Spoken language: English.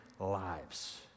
lives